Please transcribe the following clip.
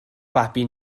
babi